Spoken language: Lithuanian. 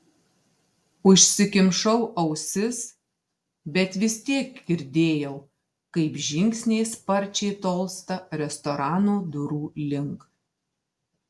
užsikimšau ausis bet vis tiek girdėjau kaip žingsniai sparčiai tolsta restorano durų link